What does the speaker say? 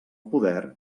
poder